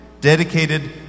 dedicated